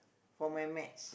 for my match